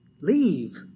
Leave